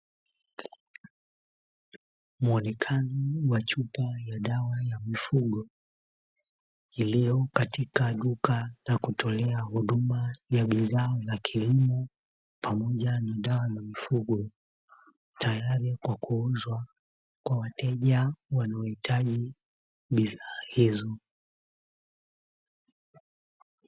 Muonekano wa chupa ya dawa ya mifugo iliyo katika duka la kutolea huduma ya bidhaa za kilimo pamoja na dawa ya mifugo, tayari kwa kuuzwa kwa wateja wanaohitaji bidhaa hizo.